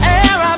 air